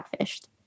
catfished